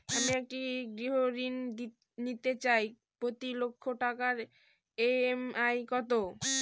আমি একটি গৃহঋণ নিতে চাই প্রতি লক্ষ টাকার ই.এম.আই কত?